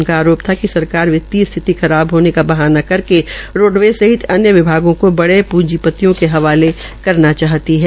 उनका आरोप था कि सरकार वित्तीय स्थिति खराब होने का बहाना करके रोडवेज़ सहित अन्य विभागों को बड़े पूंजीपतियों के हवाले करना चाहती है